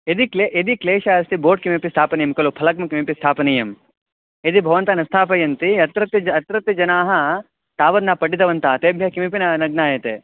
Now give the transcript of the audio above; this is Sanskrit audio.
यदि क्लेशः यदि क्लेशः अस्ति बोर्ड् किमपि स्थापनीयं कलु फलकं किमपि स्थापनीयं यदि भवन्तः न स्थापयन्ति अत्रत्याः ज अत्रत्याः जनाः तावत् न पठितवन्तः तेभ्यः किमपि न न ज्ञायते